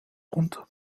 runter